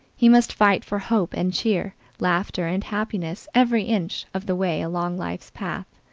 he must fight for hope and cheer, laughter and happiness, every inch of the way along life's path.